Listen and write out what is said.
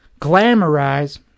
glamorize